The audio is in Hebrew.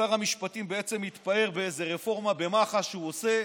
ששר המשפטים התפאר באיזו רפורמה במח"ש שהוא עושה.